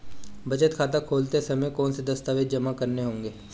बचत खाता खोलते समय कौनसे दस्तावेज़ जमा करने होंगे?